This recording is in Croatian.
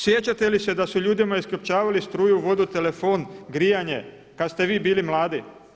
Sjećate li se da su ljudima iskopčavali struju, vodu, telefon, grijanje kad ste vi bili mladi?